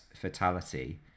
fatality